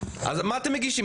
אז מה אתם מגישים?